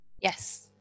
yes